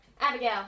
Abigail